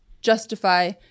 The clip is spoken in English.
justify